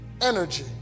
energy